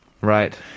Right